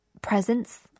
presence